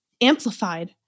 amplified